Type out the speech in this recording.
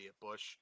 Bush